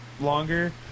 longer